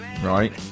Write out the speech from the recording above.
right